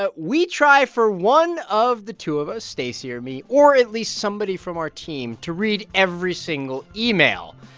ah we try for one of the two of us, stacey or me or at least somebody from our team to read every single email.